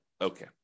okay